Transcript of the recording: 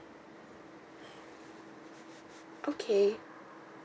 okay